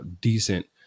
decent